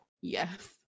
Yes